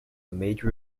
major